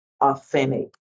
authentic